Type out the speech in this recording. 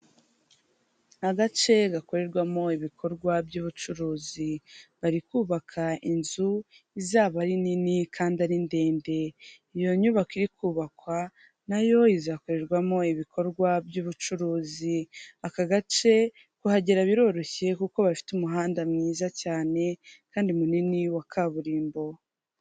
Agace gakorerwamo ibikorwa by'ubucuruzi, bari kubaka inzu izaba ari nini kandi ari ndende. Iyo nyubako iri kubakwa nayo izakorerwamo ibikorwa by'ubucuruzi, aka gace kuhagera biroroshye kuko bafire umuhanda mwiza cyane kandi mumini wa kaburimbo.